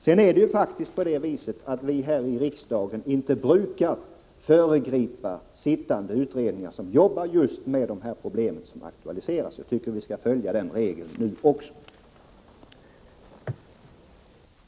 Vidare är det faktiskt på det viset att vi här i riksdagen inte brukar föregripa sittande utredningar som jobbar med de problem som aktualiseras. Jag tycker vi skall följa den regeln också nu.